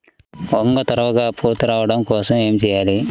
వంగ త్వరగా పూత రావడం కోసం ఏమి చెయ్యాలి?